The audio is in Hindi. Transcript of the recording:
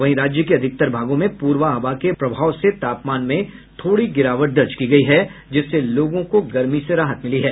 वहीं राज्य के अधिकतर भागों में पूरबा हवा के प्रभाव से तापमान में थोड़ी गिरावट दर्ज की गयी है जिससे लोगों को गर्मी से राहत मिली है